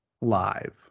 live